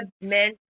men